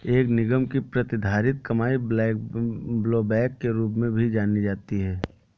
एक निगम की प्रतिधारित कमाई ब्लोबैक के रूप में भी जानी जाती है